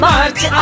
March